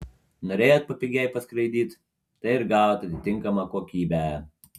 norėjot papigiai paskraidyt tai ir gavot atitinkamą kokybę